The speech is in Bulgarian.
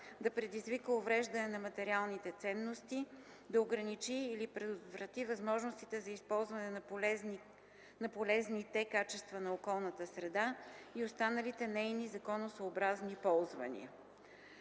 да предизвика увреждане на материалните ценности, да ограничи или предотврати възможностите за използване на полезните качества на околната среда и останалите нейни законосъобразни ползвания.”;